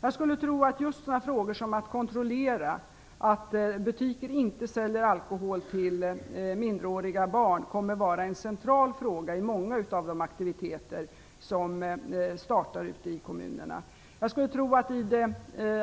Jag skulle tro att just sådant som att kontrollera att det i butiker inte säljs alkohol till minderåriga kommer att vara centrala inslag i många av de aktiviteter som startar ute i kommunerna. Jag skulle tro att i den